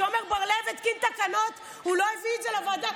כשעומר בר לב התקין תקנות הוא לא הביא את זה לוועדה?